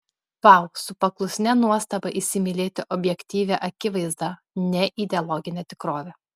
vau su paklusnia nuostaba įsimylėti objektyvią akivaizdą neideologinę tikrovę